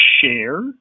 share